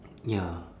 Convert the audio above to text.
ya